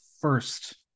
first